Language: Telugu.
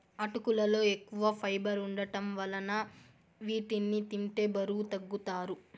అటుకులలో ఎక్కువ ఫైబర్ వుండటం వలన వీటిని తింటే బరువు తగ్గుతారు